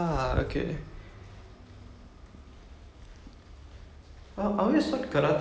so um what will happened so he it's